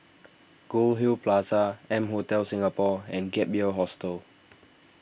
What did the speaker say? Goldhill Plaza M Hotel Singapore and Gap Year Hostel